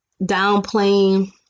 downplaying